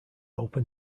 open